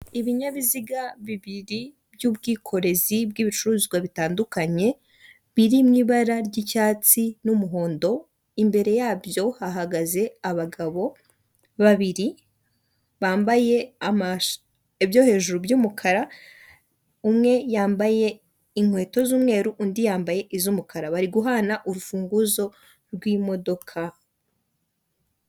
Ibinyabiziga bibiri by'ubwikorezi bw'ibicuruzwa bitandukanye biri mu ibara ry'icyatsi n'umuhondo ,imbere yabyo hahagaze abagabo babiri bambaye ibyo hejuru by'umukara ,umwe yambaye inkweto z'umweru undi yambaye iz'umukara bari guhana urufunguzo rw'imodoka.